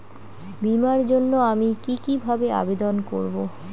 বিমার জন্য আমি কি কিভাবে আবেদন করব?